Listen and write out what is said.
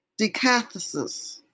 decathesis